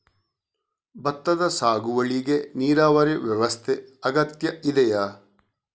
ಭತ್ತದ ಸಾಗುವಳಿಗೆ ನೀರಾವರಿ ವ್ಯವಸ್ಥೆ ಅಗತ್ಯ ಇದೆಯಾ?